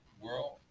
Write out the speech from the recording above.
world